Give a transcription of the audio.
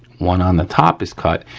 one on the top is cut,